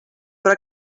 però